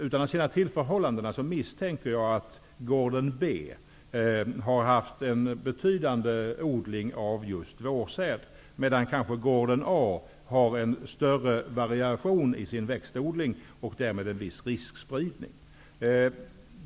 Utan att känna till förhållandena, misstänker jag att gården B har haft en betydande odling av just vårsäd, medan A kanske har en större variation i sin växtodling och därmed en viss riskspridning.